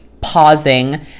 pausing